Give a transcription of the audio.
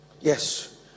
Yes